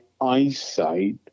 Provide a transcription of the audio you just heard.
eyesight